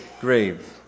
grave